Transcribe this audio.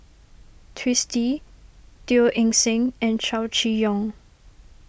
Twisstii Teo Eng Seng and Chow Chee Yong